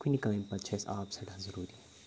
کُنہِ کامہِ پَتہٕ چھِ اَسہِ آب سٮ۪ٹھاہ ضٔروٗری